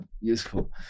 useful